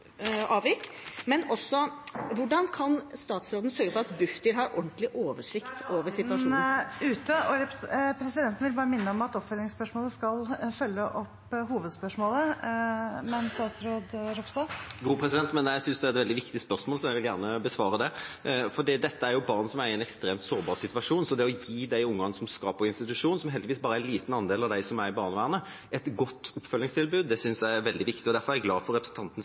avvik? Men også: Hvordan kan statsråden sørge for at Bufdir har ordentlig oversikt over situasjonen? Presidenten vil minne om at oppfølgingsspørsmålet skal følge opp hovedspørsmålet. Men jeg synes dette er et veldig viktig spørsmål, så jeg vil gjerne besvare det. For dette er barn som er i en ekstremt sårbar situasjon, så det å gi de ungene som skal på institusjon – som heldigvis bare er en liten andel av de som er i barnevernet – et godt oppfølgingstilbud, synes jeg er veldig viktig. Derfor er jeg glad for